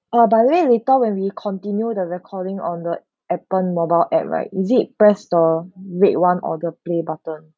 uh by the way later when we continue the recording on the appen mobile app right is it press the red one or the play button